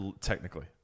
technically